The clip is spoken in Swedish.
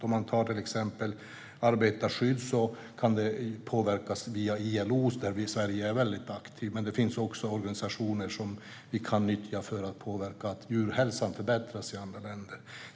Arbetarskydd kan till exempel påverkas via ILO, där vi i Sverige är väldigt aktiva. Men det finns också organisationer som vi kan nyttja för att påverka att djurhälsan förbättras i andra länder.